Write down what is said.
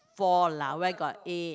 four lah where got eight